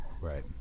Right